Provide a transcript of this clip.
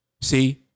See